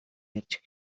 ярьж